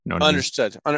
understood